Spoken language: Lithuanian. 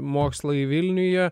mokslai vilniuje